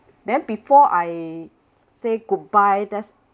then before I say goodbye there's